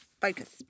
focus